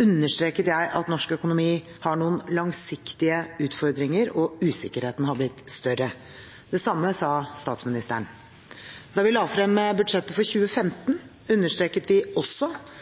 understreket jeg at norsk økonomi har noen langsiktige utfordringer, og usikkerheten har blitt større. Det samme sa statsministeren. Da vi la frem budsjettet for